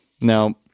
Now